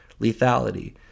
lethality